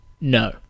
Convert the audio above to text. no